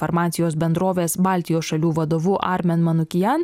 farmacijos bendrovės baltijos šalių vadovu armen manukian